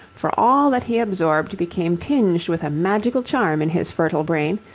for all that he absorbed became tinged with a magical charm in his fertile brain,